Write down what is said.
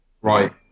Right